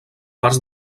parts